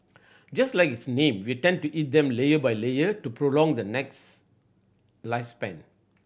just like its name we tend to eat them layer by layer to prolong the lifespan